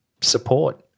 support